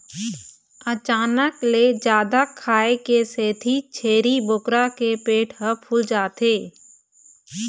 अचानक ले जादा खाए के सेती छेरी बोकरा के पेट ह फूल जाथे